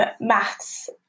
maths